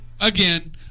Again